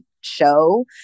show